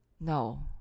No